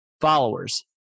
followers